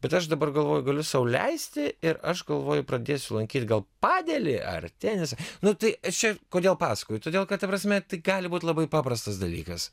bet aš dabar galvoju galiu sau leisti ir aš galvoju pradėsiu lankyt gal padėlį ar tenisą nu tai aš čia kodėl pasakoju todėl kad ta prasme tai gali būt labai paprastas dalykas